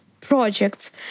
projects